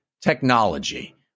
technology